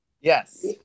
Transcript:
Yes